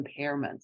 impairments